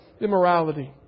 immorality